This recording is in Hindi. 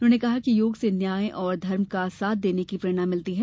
उन्होंने कहा कि योग से न्याय और धर्म का साथ देने की प्रेरणा मिलती है